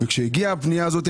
כשהגיעה הפנייה הזאת,